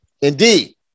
indeed